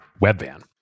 Webvan